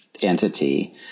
entity